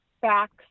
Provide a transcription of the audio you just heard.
facts